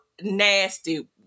nasty